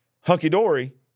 hunky-dory